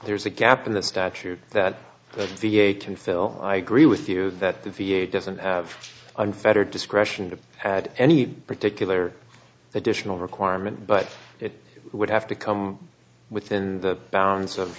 there's a gap in the statute that v a to fill i agree with you that the v a doesn't have unfettered discretion to add any particular additional requirement but it would have to come within the bounds of